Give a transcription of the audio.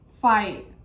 fight